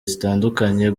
zitandukanye